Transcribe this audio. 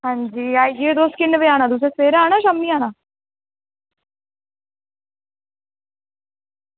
आं जी आइये तुस तुसें सबेरै आना शामीं आना